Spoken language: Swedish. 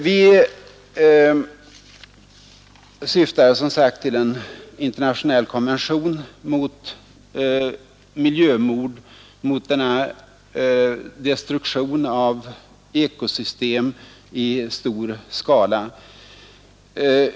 Vi syftar som sagt till en internationell konvention mot miljömord, mot denna destruktion av ekosystem i stor skala.